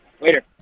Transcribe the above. Later